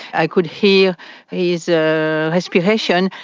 i could hear his ah respiration.